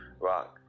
Rock